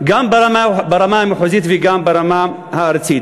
גם ברמה המחוזית וגם ברמה הארצית.